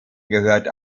gehört